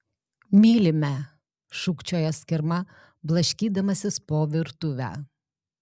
mylime šūkčiojo skirma blaškydamasis po virtuvę